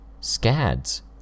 Scads